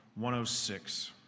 106